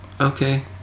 okay